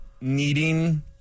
Needing